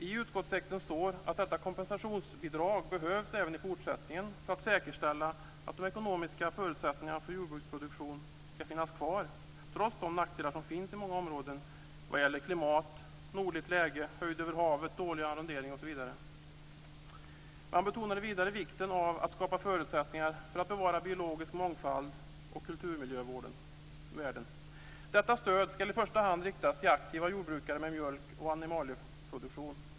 I utskottstexten står det att detta kompensationsbidrag behövs även i fortsättningen för att säkerställa att de ekonomiska förutsättningarna för jordbruksproduktion ska finnas kvar trots de nackdelar som finns i många områden vad gäller klimat, nordligt läge, höjd över havet, dålig arrondering osv. Man betonar vidare vikten av att skapa förutsättningar för att bevara biologisk mångfald och kulturmiljövärden. Detta stöd ska i första hand riktas till aktiva jordbrukare med mjölk och animalieproduktion.